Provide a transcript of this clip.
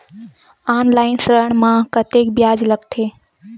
Online ऋण म कतेकन ब्याज लगथे?